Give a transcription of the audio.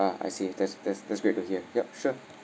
ah I see that's that's that's great to hear yup sure